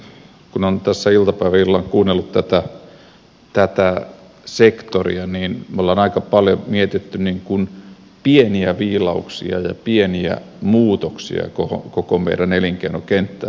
kun on tässä iltapäivän ja illan kuunnellut tätä sektoria niin me olemme aika paljon miettineet pieniä viilauksia ja pieniä muutoksia koko meidän elinkeinokenttäämme ja elinkeinopolitiikkaamme